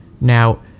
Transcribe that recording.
Now